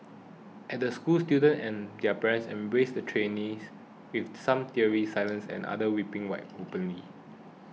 at the school students and their parents embraced the trainers with some tearing silently and others weeping openly